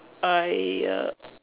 I err